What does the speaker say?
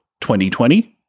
2020